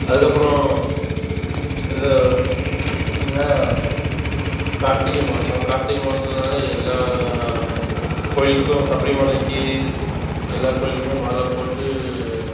அதுக்கப்புறம் இந்த பார்த்திங்கனா கார்த்திகை மாதம் கார்த்திகை மாதம்னாலே எல்லா கோயிலுக்கும் சபரி மலைக்கு எல்லா கோயிலுக்குமே மாலை போட்டு